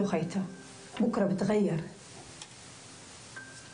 כדי לעודד אותה להתלונן,